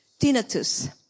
tinnitus